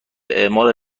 اعمال